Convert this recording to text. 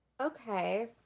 okay